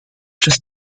przez